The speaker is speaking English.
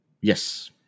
yes